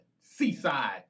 seaside